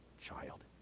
child